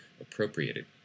appropriated